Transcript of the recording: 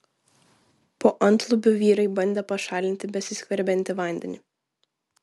po antlubiu vyrai bandė pašalinti besiskverbiantį vandenį